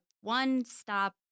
one-stop